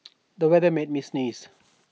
the weather made me sneeze